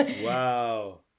Wow